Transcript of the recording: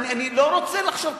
אני לא רוצה לחשוב,